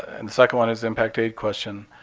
and the second one is impact aid question.